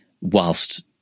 whilst